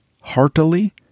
heartily